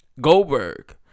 Goldberg